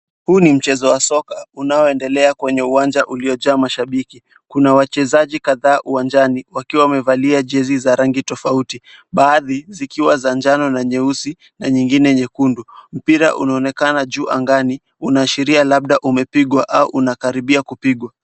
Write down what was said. Huu ni mchezo wa soka unaoendelea kwenye uwanja uliojaa mashabiki. Kuna wachezaji kadhaa uwanjani wakiwa wamevalia jezi za rangi tofauti, baadhi zikiwa za njano na nyeusi na nyingine nyekundu. Mpira unaonekana juu angani unaashiria labda umepigwa au unakaribia kupigwa.